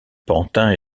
pantin